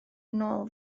nôl